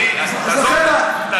אני, אז תעזוב, אז